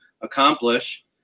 accomplish